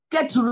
Get